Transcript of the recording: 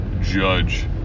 judge